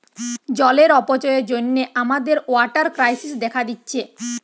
জলের অপচয়ের জন্যে আমাদের ওয়াটার ক্রাইসিস দেখা দিচ্ছে